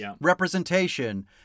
Representation